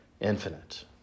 infinite